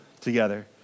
together